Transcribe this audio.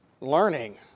learning